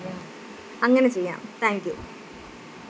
അങ്ങനെ ചെയ്യാം thank U